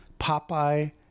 Popeye